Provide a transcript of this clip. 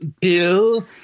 Bill